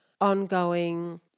ongoing